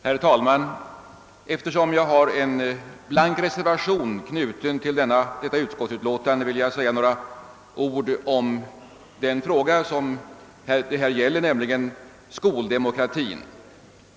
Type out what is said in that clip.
Herr talman! Eftersom jag har en blank reservation knuten till detta utskottsutlåtande vill jag säga några ord om den fråga som det här gäller, nämligen skoldemokratin.